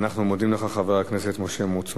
אנו מודים לך, חבר הכנסת משה מוץ מטלון,